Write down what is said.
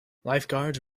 lifeguards